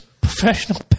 professional